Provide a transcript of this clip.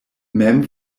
mem